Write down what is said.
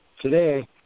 Today